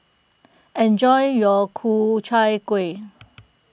enjoy your Ku Chai Kuih